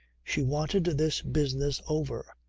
she wanted this business over.